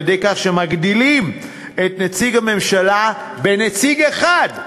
על-ידי כך שמגדילים את נציגות הממשלה בנציג אחד,